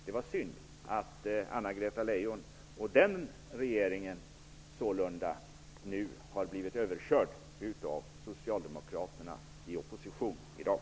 Det är synd att Anna-Greta Leijon och den regeringen sålunda nu har blivit överkörda av